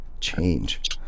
Change